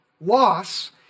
loss